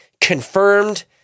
confirmed